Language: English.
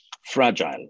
fragile